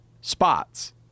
spots